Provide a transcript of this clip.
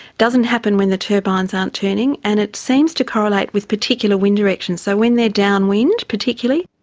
doesn't happen when the turbines aren't turning, and it seems to correlate with particular wind directions. so when they're downwind, particularly.